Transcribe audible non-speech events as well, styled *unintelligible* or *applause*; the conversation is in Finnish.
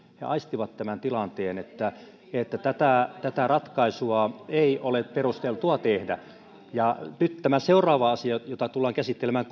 he aistivat tämän tilanteen että että tätä tätä ratkaisua ei ole perusteltua tehdä nyt tämä seuraava asia jota tullaan käsittelemään *unintelligible*